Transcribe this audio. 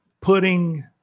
putting